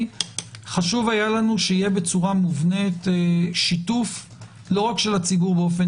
חשוב היה לנו שיהיה בצורה מובנית שיתוף לא רק של הציבור באופן